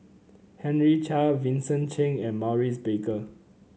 Henry Chia Vincent Cheng and Maurice Baker